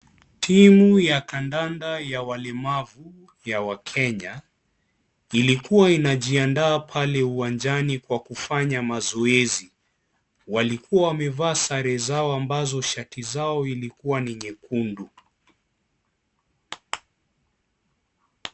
Timu ya kandanda ya walemavu ya Wakenya, ilikuwa inajiandaa pale uwanjani pa kufanya mazoezi, walikuwa wamevaa sare zao ambazo shati zao ilikuwa ni nyekundu.